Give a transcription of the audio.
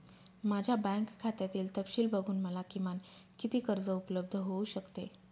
माझ्या बँक खात्यातील तपशील बघून मला किमान किती कर्ज उपलब्ध होऊ शकते?